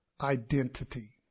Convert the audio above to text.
identity